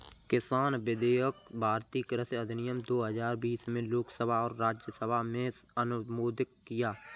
किसान विधेयक भारतीय कृषि अधिनियम दो हजार बीस में लोकसभा और राज्यसभा में अनुमोदित किया